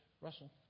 Russell